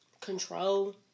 control